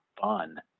fun